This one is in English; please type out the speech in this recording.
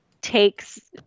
takes